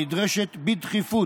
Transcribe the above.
הנדרשת בדחיפות.